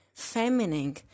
Feminine